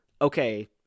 okay